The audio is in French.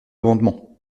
amendement